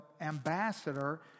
ambassador